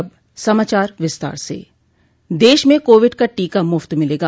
अब समाचार विस्तार से देश में कोविड का टीका मुप्त मिलेगा